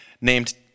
named